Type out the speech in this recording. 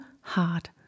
hard